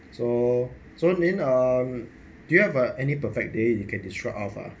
so so then um do you have any uh perfect day you can describe of ah